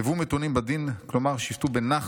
הוו מתונים בדין, כלומר, שפטו בנחת,